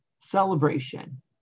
Celebration